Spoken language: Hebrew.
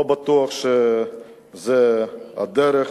לא בטוח שזה הדרך.